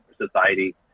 society